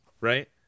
right